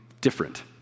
different